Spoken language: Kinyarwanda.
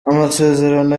amasezerano